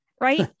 right